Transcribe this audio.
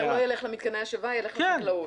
כלומר, לא ילך למתקני השבה אלא ילך לחקלאות.